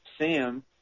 Sam